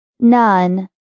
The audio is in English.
None